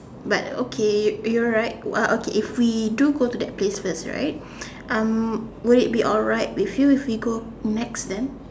but okay you are right what okay if we do go to that place first right um will it be alright with you if we go Nex then